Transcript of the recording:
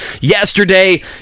yesterday